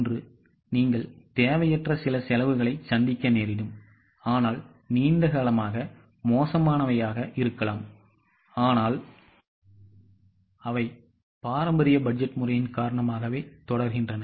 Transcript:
இன்று நீங்கள் தேவையற்ற சில செலவுகளைச் சந்திக்க நேரிடும் ஆனால் நீண்ட காலமாக மோசமானவையாக இருக்கலாம் ஆனால் அவை பாரம்பரிய பட்ஜெட் முறையின் காரணமாகவே தொடர்கின்றன